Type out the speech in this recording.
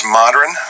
modern